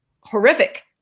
horrific